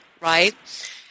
right